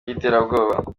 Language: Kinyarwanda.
by’iterabwoba